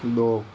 दो